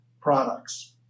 products